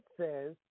says